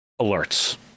alerts